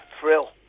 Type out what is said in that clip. thrill